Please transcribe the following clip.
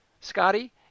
Scotty